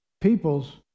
peoples